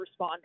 responders